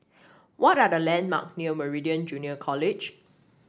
what are the landmark near Meridian Junior College